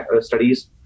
studies